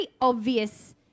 obvious